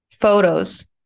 photos